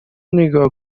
نیگا